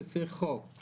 שצריך חוק,